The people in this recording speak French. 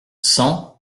cent